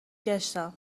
گشتم